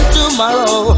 tomorrow